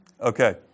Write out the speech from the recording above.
Okay